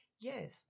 Yes